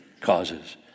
causes